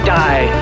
die